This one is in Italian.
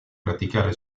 praticare